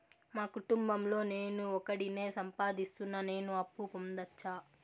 మా కుటుంబం లో నేను ఒకడినే సంపాదిస్తున్నా నేను అప్పు పొందొచ్చా